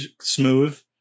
smooth